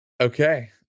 Okay